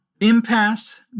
Impasse